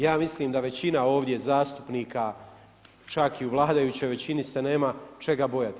Ja mislim da većina ovdje zastupnika, čak i u vladajućoj većini se nema čega bojati.